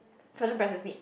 frozen processed meat